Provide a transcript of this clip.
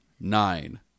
nine